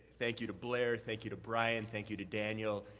thank you to blair. thank you to brian. thank you to daniel.